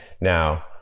Now